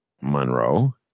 Monroe